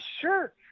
sure